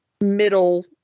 middle